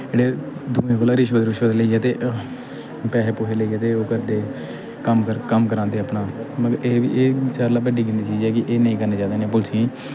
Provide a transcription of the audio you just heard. जेह्ड़े दुएं कोला रिश्वत रुश्वत लेइयै ते पैसे पूसे लेइयै ते ओह् करदे कम्म कर कम्म करांदे अपना मगर एह् बी एह् सारें कोला बड्डी गंदी चीज ऐ कि एह् नेईं करना चाहिदा इ'नें पुलसियें गी